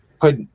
put